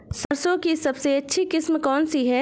सरसों की सबसे अच्छी किस्म कौन सी है?